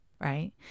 Right